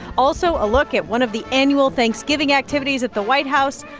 also, a look at one of the annual thanksgiving activities at the white house,